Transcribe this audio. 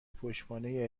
پشتوانه